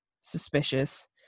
suspicious